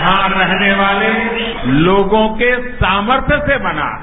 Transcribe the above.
यहां रहने वाले लोगो के सामर्थन से कना है